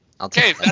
Okay